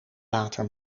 water